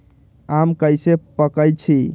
आम कईसे पकईछी?